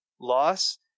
loss